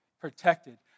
protected